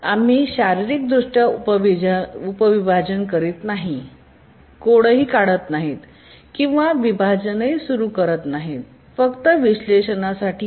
आम्ही शारीरिक दृष्ट्या उपविभाजन करीत नाही कोडही काढत नाही किंवा विभाजनही सुरू करत नाही फक्त विश्लेषणासाठी आहे